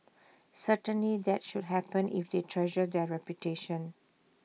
certainly that should happen if they treasure their reputation